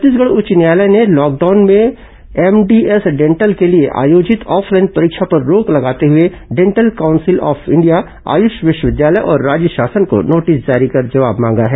छत्तीसगढ उच्च न्यायालय ने तॉकडाउन में एमडीएस डेंटल के लिए आयोजित ऑफलाइन परीक्षा पर रोक लगाते हुए dental council of India Ayush विश्वविद्यालय और राज्य शासन को नोटिस जारी कर जवाब मांगा है